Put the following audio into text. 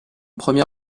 premier